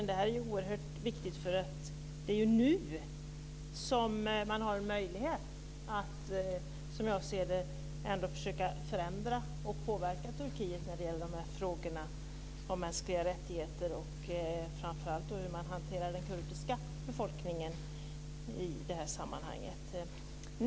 Detta är ju oerhört viktigt, eftersom det är nu som man har en möjlighet, som jag ser det, att ändå försöka förändra och påverka Turkiet när det gäller dessa frågor om mänskliga rättigheter och framför allt hur man hanterar den kurdiska befolkningen i detta sammanhang.